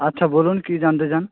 আচ্ছা বলুন কী জানতে চান